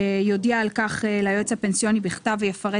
יודיע על כך ליועץ הפנסיוני בכתב ויפרט